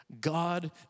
God